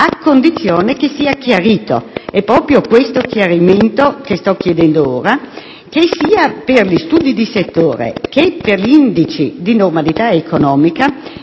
a condizione che sia chiarito (è proprio questo il chiarimento che sto chiedendo adesso) che sia per gli studi di settore che per gli indici di normalità economica